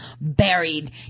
buried